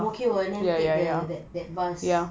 ang mo kio and then take that that bus